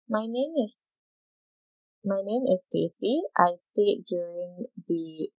my name is my name is stacey I stayed during the